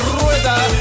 rueda